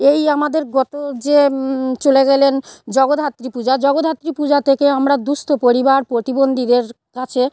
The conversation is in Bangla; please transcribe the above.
এই আমাদের গত যে চলে গেলেন জগদ্ধাত্রী পূজা জগদ্ধাত্রী পূজা থেকে আমরা দুঃস্থ পরিবার প্রতিবন্দীদের কছে